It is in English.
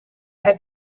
had